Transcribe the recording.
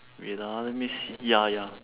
wait ah let me see ya ya